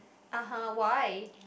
(uh huh) why